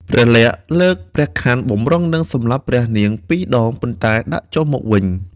ព្រះលក្សណ៍លើកព្រះខ័នបម្រុងនឹងសម្លាប់ព្រះនាងពីរដង ប៉ុន្តែដាក់ចុះមកវិញ។